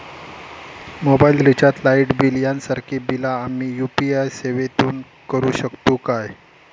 Mobile recharge, light bill यांसारखी बिला आम्ही यू.पी.आय सेवेतून करू शकतू काय?